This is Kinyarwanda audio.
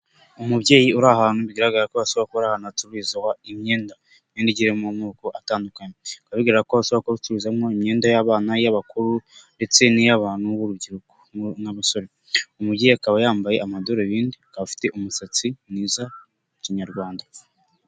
Umubyeyi uri ahantu bigaragara ko hashobora kuba ari ahantu hacururizwa imyenda, imyenda igiye iri mu moko atandukanye, bikaba bigaragara ko bashobora kuba bacururizamo imyenda y'abana, iy'abakuru ndetse n'iy'abantu b'urubyiruko nk'abasore, umubyeyi akaba yambaye amadarubindi, akaba afite umusatsi mwiza wa kinyarwanda.